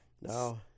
No